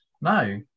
no